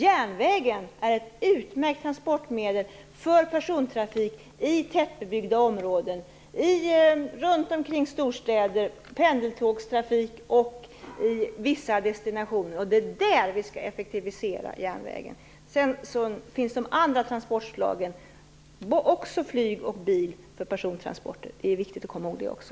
Järnvägen är ett utmärkt transportmedel för persontrafik i tättbebyggda områden, t.ex. runt storstäderna. Det handlar om pendeltågstrafik och trafik till vissa destinationer. Det är där vi skall effektivisera järnvägen. Sedan finns också de andra transportslagen, t.ex. flyg och bil, för persontransporter. Det är viktigt att komma ihåg det också.